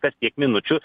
kas tiek minučių